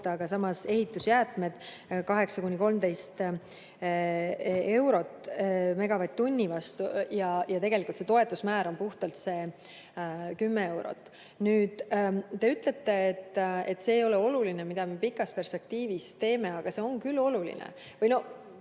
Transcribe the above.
aga samas ehitusjäätmed 8–13 eurot megavatt-tunni kohta ja see toetusmäär on puhtalt 10 eurot. Te ütlete, et see ei ole oluline, mida me pikas perspektiivis teeme, aga see on küll oluline. Võib-olla